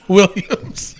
Williams